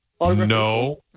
No